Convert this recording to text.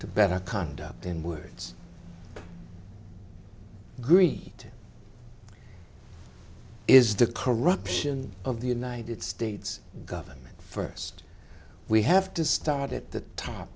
better conduct in words greed is the corruption of the united states government first we have to start at the top